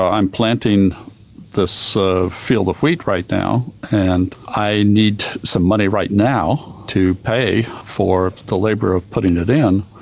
i'm planting this field of wheat right now, and i need some money right now to pay for the labour of putting it in,